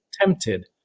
tempted